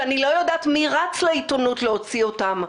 שאני לא יודעת מי רץ לעיתונות להוציא אותן.